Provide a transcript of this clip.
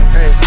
Hey